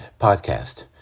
podcast